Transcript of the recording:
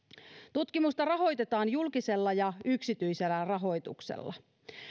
tutkimusta rahoitetaan julkisella ja yksityisellä rahoituksella